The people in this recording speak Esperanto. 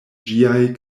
ĝiaj